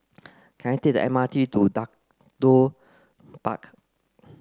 can I take the M R T to Park